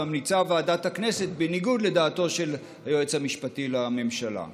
ממליצה ועדת הכנסת בניגוד לדעתו של היועץ המשפטי לממשלה.